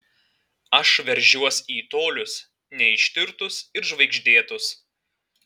aš veržiuos į tolius neištirtus ir žvaigždėtus